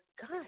God